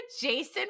Jason